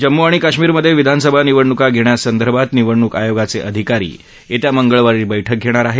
जम्मू आणि कश्मिरमधे विधानसभा निवडणूका घेण्यासंदर्भात निवडणूक आयोगाचे अधिकारी येत्या मंगळवारी बैठक घेणार आहेत